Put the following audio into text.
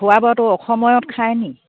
খোৱা বোৱাতো অসময়ত খায় নি